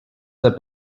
der